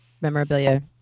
memorabilia